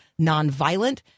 nonviolent